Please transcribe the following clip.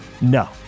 No